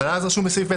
אבל אז רשום בסעיף (ב),